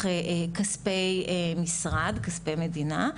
כספי משרד וכספי מדינה,